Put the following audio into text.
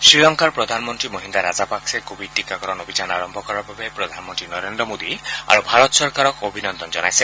শ্ৰীলংকাৰ প্ৰধানমন্ত্ৰী মহিন্দা ৰাজাপাকছে কোভিড টীকাকৰণ অভিযান আৰম্ভ কৰাৰ বাবে প্ৰধানমন্ত্ৰী নৰেন্দ্ৰ মোডী আৰু ভাৰত চৰকাৰক অভিনন্দন জনাইছে